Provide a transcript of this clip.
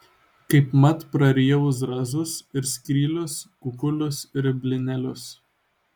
kaipmat prarijau zrazus ir skrylius kukulius ir blynelius